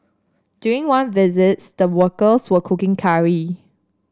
during one visit the workers were cooking curry